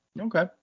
okay